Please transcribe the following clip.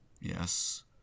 Yes